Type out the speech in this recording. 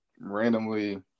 randomly